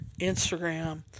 Instagram